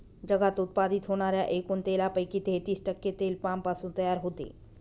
जगात उत्पादित होणाऱ्या एकूण तेलापैकी तेहतीस टक्के तेल पामपासून तयार होते